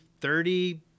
thirty